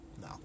No